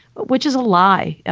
which is a lie.